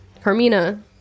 Hermina